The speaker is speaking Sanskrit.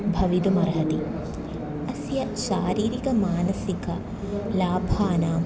भवितुमर्हति अस्य शारीरिकमानसिक लाभानाम्